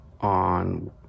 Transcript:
on